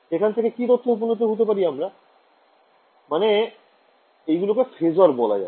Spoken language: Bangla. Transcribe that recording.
এখান থেকে কি তথ্যে উপনীত হতে পারি আমরা মানে এইগুলো কে phasor বলা যাবে